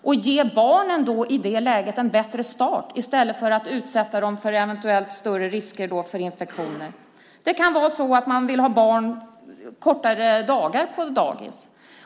Föräldrarna kanske i det läget vill ge barnen en bättre start i stället för att eventuellt utsätta dem för större risk för infektioner. Man kanske vill ha barnen på dagis kortare dagar.